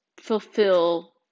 fulfill